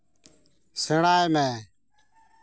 ᱥᱮᱬᱟᱭ ᱢᱮ